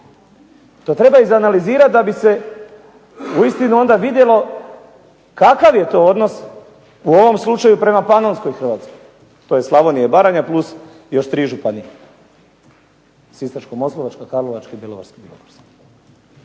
to treba izanalizirati da bi se uistinu onda vidjelo kakav je to odnos u ovom slučaju prema Panonskoj Hrvatskoj. To je Slavonija i Baranja + tri županije Sisačko-moslavačka, Karlovačka i